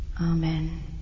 Amen